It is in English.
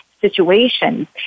situations